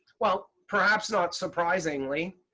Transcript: well, perhaps not surprisingly,